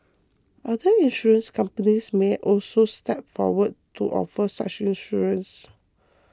other insurance companies may also step forward to offer such insurance